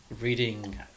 reading